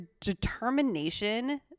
determination